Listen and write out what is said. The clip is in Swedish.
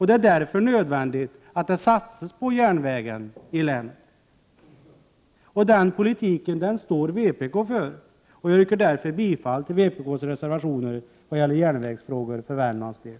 Det är därför nödvändigt att det satsas på järnvägen i länet. Den politiken står vpk för, och jag yrkar därför bifall till vpk:s reservationer när det gäller järnvägsfrågor för Värmlands del.